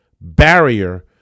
barrier